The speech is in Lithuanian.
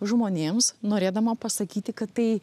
žmonėms norėdama pasakyti kad tai